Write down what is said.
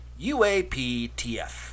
UAPTF